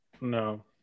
No